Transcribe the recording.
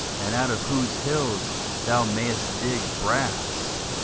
and out of whose hills thou mayest dig brass.